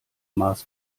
maß